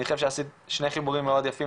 אני חושב שעשית שני חיבורים מאוד יפים,